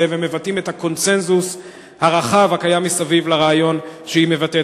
ומבטאים את הקונסנזוס הרחב הקיים מסביב לרעיון שהיא מבטאת.